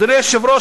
אדוני היושב-ראש,